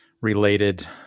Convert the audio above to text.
related